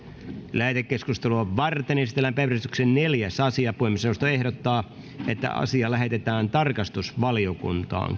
lähetekeskustelua varten esitellään päiväjärjestyksen neljäs asia puhemiesneuvosto ehdottaa että asia lähetetään tarkastusvaliokuntaan